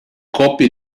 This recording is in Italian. copie